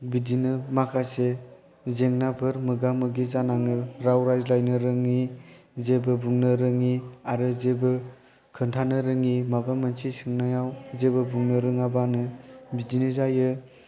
बिदिनो माखासे जेंनाफोर मोगा मोगि जानाङो राव रायज्लायनो रोङि जेबो बुंनो रोङि आरो जेबो खोन्थानो रोङि माबा मोनसे सोंनायाव जेबो बुंनो रोङाबानो बिदिनो जायो